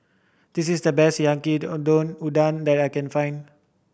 this is the best Yaki Udon that I can find